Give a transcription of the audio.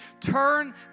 turn